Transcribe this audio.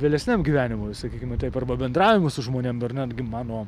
vėlesniam gyvenimui sakykime taip arba bendravimui su žmonėm ar netgi mano